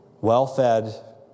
Well-fed